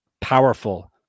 powerful